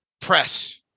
press